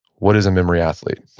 what is a memory athlete?